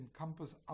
encompass